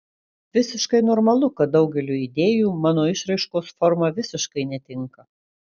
visiškai normalu kad daugeliui idėjų mano išraiškos forma visiškai netinka